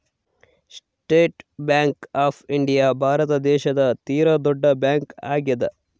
state bank of India Bharat ದೇಶದ ತೀರ ದೊಡ್ಡ ಬ್ಯಾಂಕ್ ಆಗ್ಯಾದ